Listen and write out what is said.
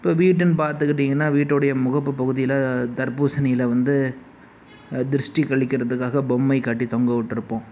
இப்போ வீடுன்னு பார்த்துக்கிட்டிங்கன்னா வீட்டோடைய முகப்பு பகுதியில் தர்பூசணியில வந்து திருஷ்டி கழிக்கிறதுக்காக பொம்மை கட்டி தொங்க விட்ருப்போம்